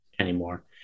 anymore